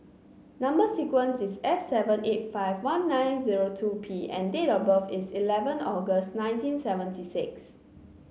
number sequence is S seven eight five one nine zero two P and date of birth is eleven August nineteen seventy six